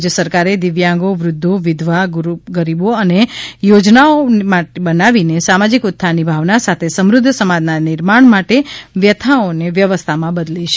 રાજય સરકારે દિવ્યાંગો વૃદ્વો વિધવા ગરીબો માટે યોજનાઓ બનાવી સામાજિક ઉત્થાનની ભાવના સાથે સમૃદ્વ સમાજના નિર્માણ માટે વ્યથાઓને વ્યવસ્થામાં બદલી છે